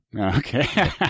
Okay